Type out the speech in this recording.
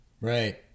Right